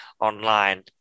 online